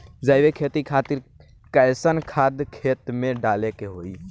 जैविक खेती खातिर कैसन खाद खेत मे डाले के होई?